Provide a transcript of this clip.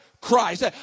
Christ